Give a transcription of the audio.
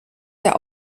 der